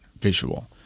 visual